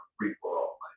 free-for-all